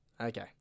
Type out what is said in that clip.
Okay